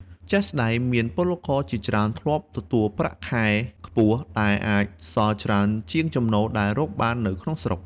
ជាក់ស្ដែងមានពលករជាច្រើនធ្លាប់ទទួលប្រាក់ខែខ្ពស់ ដែលអាចសល់ច្រើនជាងចំណូលដែលរកបាននៅក្នុងស្រុក។